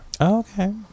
Okay